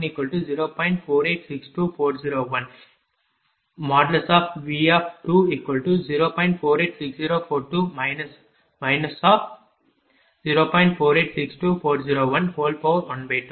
98604 p